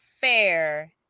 fair